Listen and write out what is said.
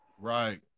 Right